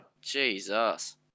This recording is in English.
Jesus